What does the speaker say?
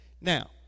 Now